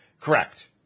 Correct